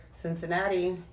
Cincinnati